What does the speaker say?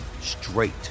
straight